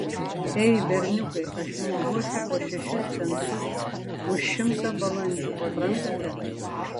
ei berniukai aš jums duosiu po šešis pensus už šimtą balandžių suprantate